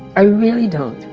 i really don't.